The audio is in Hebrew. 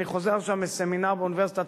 אני חוזר עכשיו מסמינר באוניברסיטת